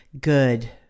good